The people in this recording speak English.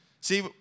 See